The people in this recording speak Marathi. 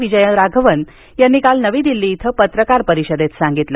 विजय राघवन यांनी काल नवी दिल्ली इथं पत्रकार परिषदेत सांगितलं